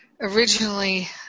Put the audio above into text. originally